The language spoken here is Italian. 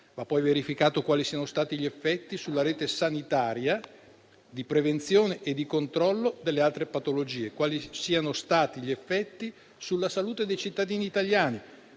Va poi verificato quali siano stati gli effetti sulla rete sanitaria di prevenzione e di controllo delle altre patologie e quali siano stati gli effetti sulla salute dei cittadini italiani: